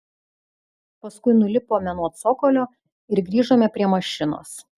paskui nulipome nuo cokolio ir grįžome prie mašinos